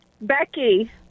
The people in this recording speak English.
Becky